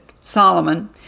Solomon